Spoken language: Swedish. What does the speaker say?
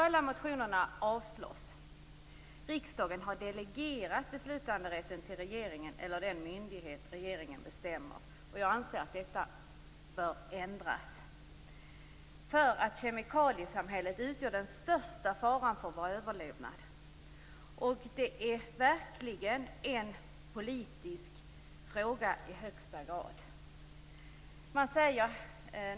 Alla motionerna avslås alltså. Riksdagen har delegerat beslutanderätten till regeringen eller den myndighet regeringen bestämmer. Jag anser att detta bör ändras. Kemikaliesamhället utgör den största faran för vår överlevnad, och det är verkligen i högsta grad en politisk fråga.